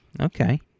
Okay